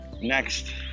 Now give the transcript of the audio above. Next